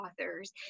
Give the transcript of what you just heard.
authors